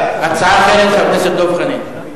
הצעה אחרת לחבר הכנסת דב חנין.